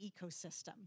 ecosystem